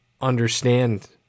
understand